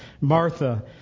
Martha